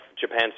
Japan